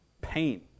pain